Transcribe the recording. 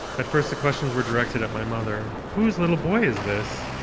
at first the questions were directed at my mother. whose little boy is this,